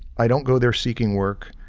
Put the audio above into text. i don't go there seeking work,